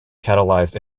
catalyzed